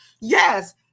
Yes